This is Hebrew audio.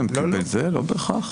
לא בהכרח.